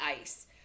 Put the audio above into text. ice